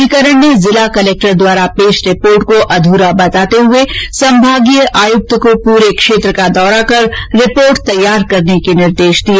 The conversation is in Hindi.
अधिकरण ने जिला कलेक्टर द्वारा पेश रिपोर्ट को अधूरा बताते हुए संभागीय आयुक्त को पूरे क्षेत्र का दौरा कर रिपोर्ट तैयार करने के निर्देश दिए